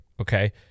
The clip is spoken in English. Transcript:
Okay